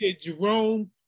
Jerome